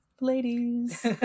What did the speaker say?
ladies